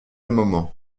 moment